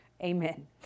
Amen